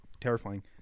Terrifying